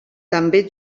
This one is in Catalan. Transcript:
també